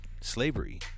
slavery